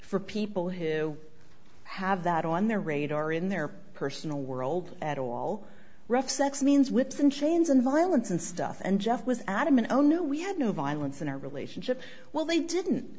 for people who have that on their radar in their personal world at all rough sex means whips and chains and violence and stuff and jeff was adamant oh no we had no violence in our relationship well they didn't